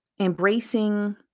embracing